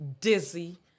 dizzy